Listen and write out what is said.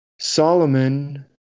Solomon